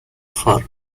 her